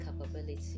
capability